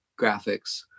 graphics